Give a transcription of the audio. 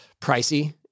pricey